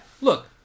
Look